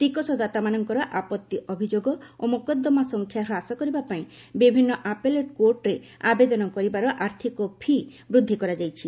ଟିକସଦାତାମାନଙ୍କର ଆପଭି ଅଭିଯୋଗ ଓ ମୋକଦ୍ଦମା ସଂଖ୍ୟା ହ୍ରାସ କରିବା ପାଇଁ ବିଭିନ୍ନ ଆପେଲେଟ୍ କୋର୍ଟରେ ଆବେଦନ କରିବାର ଆର୍ଥିକ ଫି' ବୃଦ୍ଧି କରାଯାଇଛି